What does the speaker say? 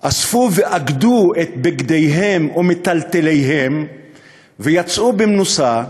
אספו ואגדו את בגדיהם ומיטלטליהם ויצאו במנוסה,